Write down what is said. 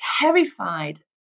terrified